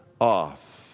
off